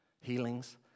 Healings